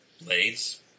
blades